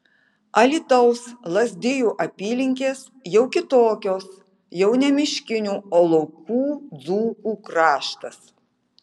alytaus lazdijų apylinkės jau kitokios jau ne miškinių o laukų dzūkų kraštas